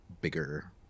bigger